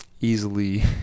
easily